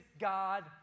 God